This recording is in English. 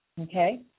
okay